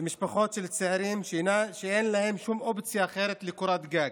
ומשפחות של צעירים שאין להן שום אופציה אחרת לקורת גג,